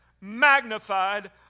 magnified